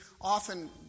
often